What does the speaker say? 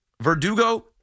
Verdugo